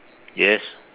yes